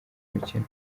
mukino